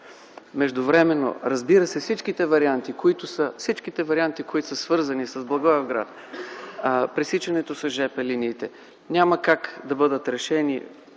Междувременно, разбира се, всички варианти, които са свързани с Благоевград – пресичането на жп линиите, няма как да бъдат решени